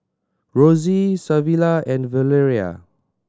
Rosey Savilla and Valeria